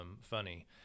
funny